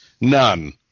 none